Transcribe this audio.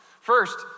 First